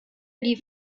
die